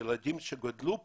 את המדינה ילדים שגדלו כאן,